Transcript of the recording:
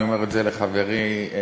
אני אומר את זה לחברי עמר.